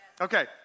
Okay